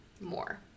more